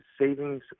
savings